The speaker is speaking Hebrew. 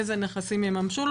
איזה נכסים יממשו לו